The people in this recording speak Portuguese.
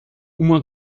uma